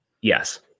Yes